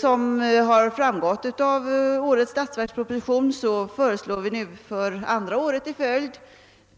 Såsom framgått av årets statsverksproposition föreslår vi nu för andra året i följd